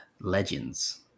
legends